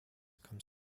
come